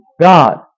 God